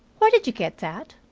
where did you get that?